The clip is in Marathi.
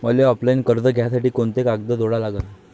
मले ऑफलाईन कर्ज घ्यासाठी कोंते कागद जोडा लागन?